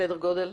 סדר גודל.